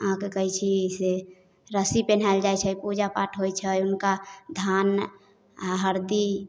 अहाँके कहै छी से रस्सी पहिरायल जाइत छै पूजा पाठ होइत छै हुनका धान आ हरदी